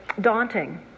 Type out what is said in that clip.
daunting